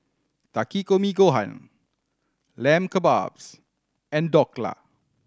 Takikomi Gohan Lamb Kebabs and Dhokla